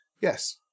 Yes